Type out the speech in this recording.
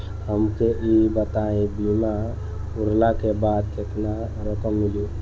हमके ई बताईं बीमा पुरला के बाद केतना रकम मिली?